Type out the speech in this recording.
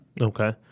Okay